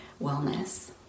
wellness